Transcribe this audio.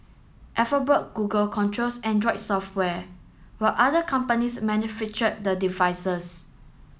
Alphabet Google controls Android software while other companies manufacture the devices